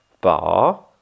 bar